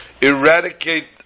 eradicate